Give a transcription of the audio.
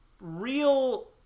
real